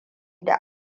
da